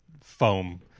foam